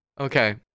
Okay